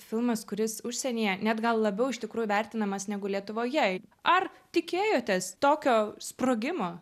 filmas kuris užsienyje net gal labiau iš tikrųjų vertinamas negu lietuvoje ar tikėjotės tokio sprogimo